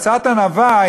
קצת ענווה,